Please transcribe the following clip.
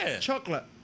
Chocolate